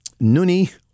Nuni